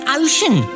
ocean